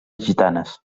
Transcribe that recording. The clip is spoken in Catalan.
gitanes